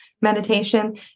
meditation